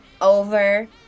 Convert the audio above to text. over